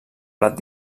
blat